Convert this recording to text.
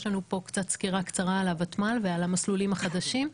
יש לנו פה סקירה קצרה על הוותמ"ל ועל המסלולים החדשים.